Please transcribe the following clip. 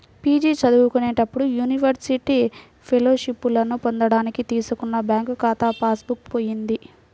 PG చదువుకునేటప్పుడు university ఫెలోషిప్పులను పొందడానికి తీసుకున్న బ్యాంకు ఖాతా పాస్ బుక్ పోయింది